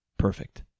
perfect